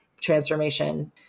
transformation